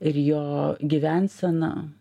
ir jo gyvensena